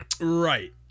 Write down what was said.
Right